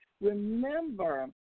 remember